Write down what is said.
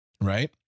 Right